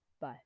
bye